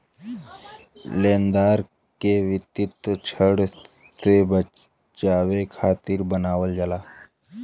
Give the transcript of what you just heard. लेनदार के वित्तीय ऋण से बचावे खातिर बनावल जाला